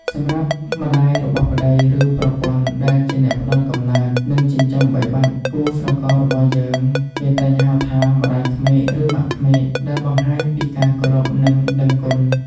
សម្រាប់ម្ដាយរបស់ប្ដី ឬប្រពន្ធ ដែលជាអ្នកផ្ដល់កំណើត និងចិញ្ចឹមបីបាច់គូស្រកររបស់យើង គេតែងហៅថា ម្ដាយក្មេក ឬ ម៉ាក់ក្មេក ដែលបង្ហាញពីការគោរព និងដឹងគុណ។